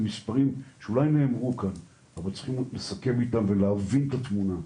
מספרים שאולי נאמרו כאן אבל צריכים לסכם אותם ולהבין את התמונה,